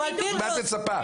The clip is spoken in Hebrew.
מה את מצפה?